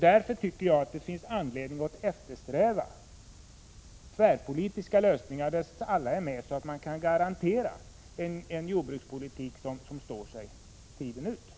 Därför finns det anledning att eftersträva tvärpolitiska lösningar, där alla är med, så att man kan garantera en jordbrukspolitik som står sig en längre tid.